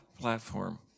platform